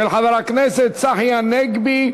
של חבר הכנסת צחי הנגבי,